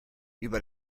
über